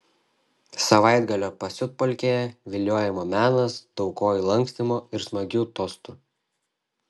savaitgalio pasiutpolkėje viliojimo menas daug kojų lankstymo ir smagių tostų